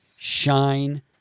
shine